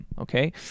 okay